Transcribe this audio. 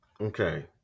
okay